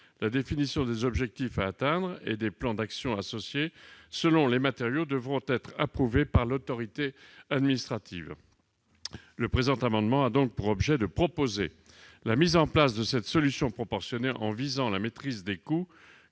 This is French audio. La définition des objectifs à atteindre et des plans d'action associés selon les matériaux devront être approuvés par l'autorité administrative. Le présent amendement a donc pour objet de proposer la mise en place de cette solution proportionnée en visant la maîtrise des coûts,